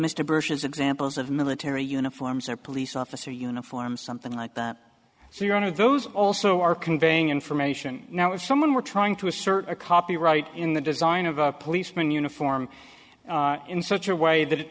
mr bush's examples of military uniforms or police officer uniforms something like that so your honor those also are conveying information now if someone were trying to assert a copyright in the design of a policeman uniform in such a way that it